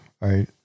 right